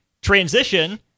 transition